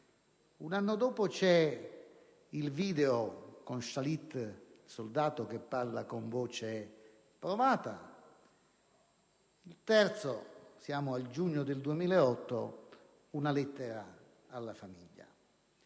un anno dopo c'è il video con Shalit che parla con voce provata; il terzo - siamo al giugno 2008 - una lettera alla famiglia.